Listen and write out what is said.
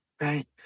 right